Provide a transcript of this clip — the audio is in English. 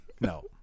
No